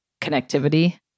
connectivity